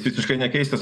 visiškai nekeistas